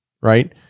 right